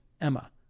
Emma